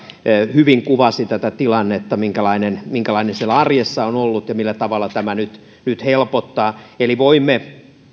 hyvin kuvasi tätä tilannetta minkälainen minkälainen se siellä arjessa on on ollut ja millä tavalla tämä nyt nyt helpottaa eli voimme